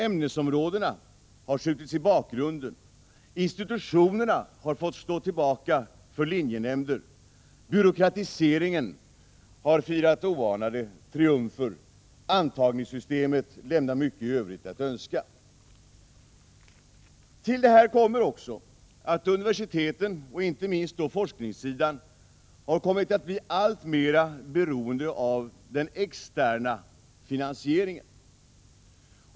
Ämnesområdena har skjutits i bakgrunden. Institutionerna har fått stå tillbaka för linjenämnder. Byråkratiseringen har firat oanade triumfer. Antagningssystemet lämnar mycket övrigt att önska. Till detta kommer också att universiteten, inte minst när det gäller forskningssidan, har kommit att bli alltmer beroende av den externa finansieringen.